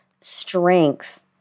strength